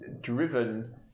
driven